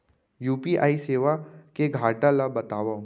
UPI सेवा के घाटा ल बतावव?